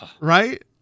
Right